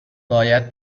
باید